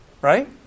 Right